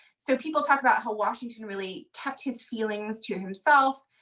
so people talk about how washington really kept his feelings to himself.